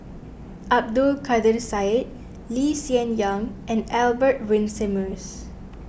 Abdul Kadir Syed Lee Hsien Yang and Albert Winsemius